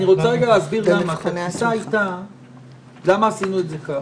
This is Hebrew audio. אני רוצה להסביר מדוע עשינו את זה כך.